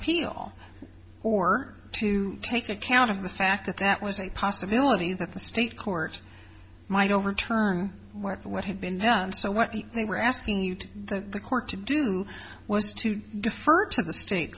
appeal or to take account of the fact that that was a possibility that the state court might overturn what the what had been done so what they were asking you to the court to do was to defer to the state